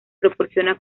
proporciona